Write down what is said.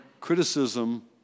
criticism